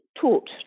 taught